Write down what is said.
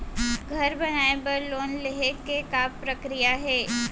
घर बनाये बर लोन लेहे के का प्रक्रिया हे?